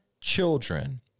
children